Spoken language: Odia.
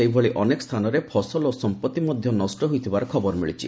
ସେହିଭଳି ଅନେକ ସ୍ଥାନରେ ଫସଲ ଓ ସମ୍ପଭି ମଧ୍ୟ ନଷ୍ଟ ହୋଇଥିବାର ଖବର ମିଳିଛି